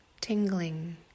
tingling